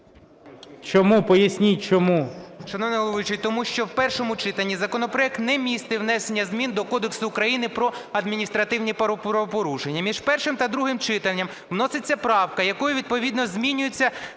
Чому? Поясніть, чому?